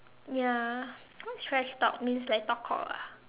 ya what trash talk means like talk cock ah